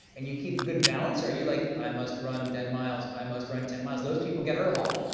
and you keep a good balance, or are you like, i must run ten miles, i must run ten miles. those people get hurt a lot.